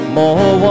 more